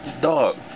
Dog